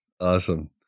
awesome